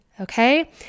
Okay